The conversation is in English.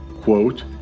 Quote